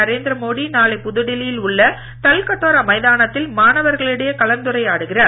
நரேந்திர மோடி நாளை புதுடெல்லியில் உள்ள தல்கட்டோரா மைதானத்தில் மாணவர்களிடையே கலந்துரையாடுகிறார்